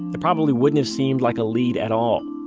it probably wouldn't have seemed like a lead at all.